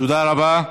תודה רבה.